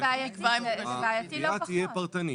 זה יהיה פרטנית.